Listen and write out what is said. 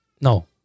No